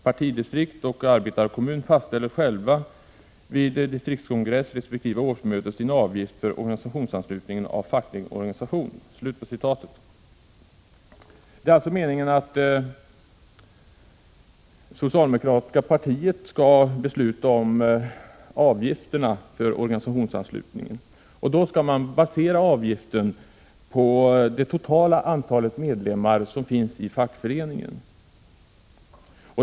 Partidistrikt och arbetarekommun fastställer själva vid distriktkongress respektive årsmöte sin avgift för organisationsanslutning av facklig organisation.” Meningen är alltså att det socialdemokratiska partiet skall besluta om avgifterna för organisationsanslutningen. Avgiften skall vara baserad på det totala antalet medlemmar i fackföreningen.